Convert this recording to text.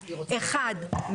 אחת,